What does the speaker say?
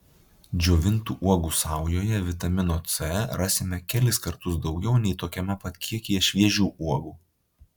džiovintų uogų saujoje vitamino c rasime kelis kartus daugiau nei tokiame pat kiekyje šviežių uogų